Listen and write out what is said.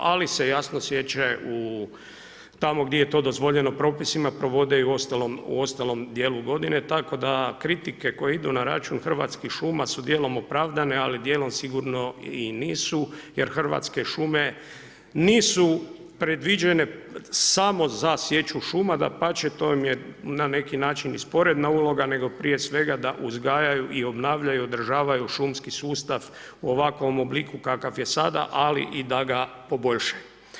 Ali se jasno siječe tamo gdje je to dozvoljeno propisima provode i u ostalom dijelu godine, tako da kritike koje idu na račun Hrvatskih šuma su dijelom opravdane, ali dijelom sigurno i nisu jer Hrvatske šume nisu predviđene samo za sječu šuma, dapače, to vam je na neki način i sporedna uloga, nego prije svega da uzgajaju i obnavljanju, održavaju šumski sustav u ovakvom obliku kakav je sada, ali i da poboljšaju.